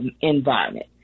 environment